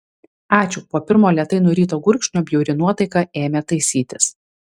ačiū po pirmo lėtai nuryto gurkšnio bjauri nuotaika ėmė taisytis